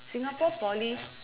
singapore poly